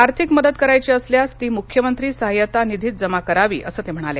आर्थिक मदत करायची असल्यास ती मुख्यमंत्री सहायता निधीत जमा करावी असं ते म्हणाले